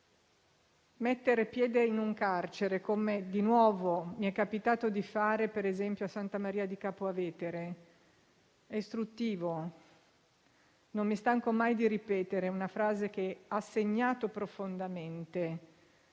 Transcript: Mettere piede in un carcere - come di nuovo mi è capitato di fare, per esempio a Santa Maria di Capua Vetere - è istruttivo. Non mi stanco mai di ripetere una frase che ha segnato profondamente